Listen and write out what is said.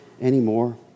anymore